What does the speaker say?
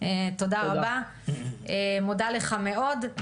תודה רבה, מודה לך מאוד.